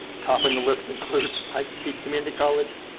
topping the list includes pikes peak community college,